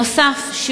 נוסף על כך,